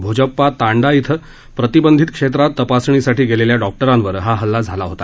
भोजप्पा तांडा इथं प्रतिबंधित क्षेत्रात तपासणीसाठी गेलेल्या डॉक्टरांवर हा हल्ला झाला होता